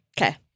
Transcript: Okay